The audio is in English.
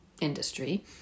industry